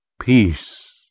peace